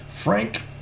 Frank